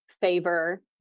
favor